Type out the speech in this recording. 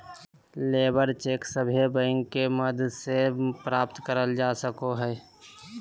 labour cheque सभे bank के माध्यम से प्राप्त करल जा सको हय